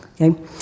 okay